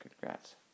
congrats